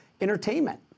entertainment